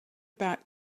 back